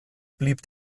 blieb